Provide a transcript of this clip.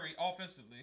offensively